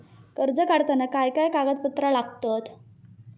कर्ज काढताना काय काय कागदपत्रा लागतत?